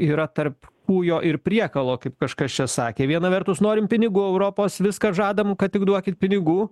yra tarp kūjo ir priekalo kaip kažkas čia sakė viena vertus norim pinigų europos viską žadam kad tik duokit pinigų